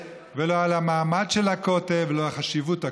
ולא על המעמד של הכותל ולא על חשיבות הכותל,